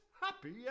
happy